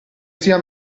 zia